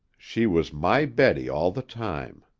she was my betty all the time.